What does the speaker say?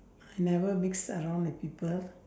I never mix around with people